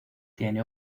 tiene